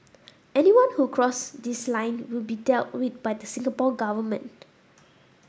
anyone who cross this line will be dealt with by the Singapore Government